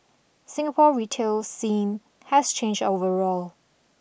Singapore retail scene has changed overall